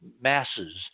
masses